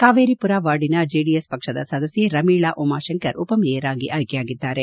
ಕಾವೇರಿಮರ ವಾರ್ಡಿನ ಜೆಡಿಎಸ್ ಪಕ್ಷದ ಸದಸ್ಕೆ ರಮೀಳಾ ಉಮಾಶಂಕರ್ ಉಪಮೇಯರ್ ಆಗಿ ಆಯ್ಕೆಯಾಗಿದ್ದಾರೆ